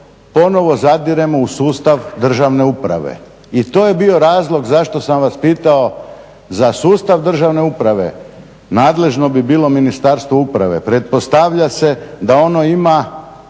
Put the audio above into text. ponovo zadiremo u sustav državne uprave i to je bio razlog zašto sam vas pitao za sustav državne uprave. Nadležno bi bilo Ministarstvo uprave, pretpostavlja se da ono ima